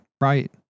Right